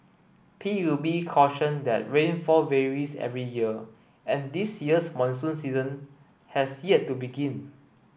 P U B cautioned that rainfall varies every year and this year's monsoon season has yet to begin